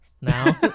now